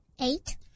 Eight